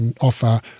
offer